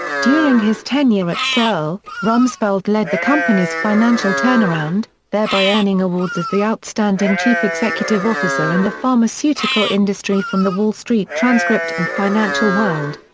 during his tenure at searle, rumsfeld led the company's financial turnaround, thereby earning awards as the outstanding chief executive officer in the pharmaceutical industry from the wall street transcript and financial world.